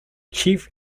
chief